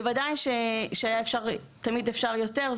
בוודאי שתמיד אפשר יותר,